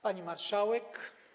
Pani Marszałek!